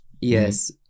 Yes